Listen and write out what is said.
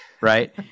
right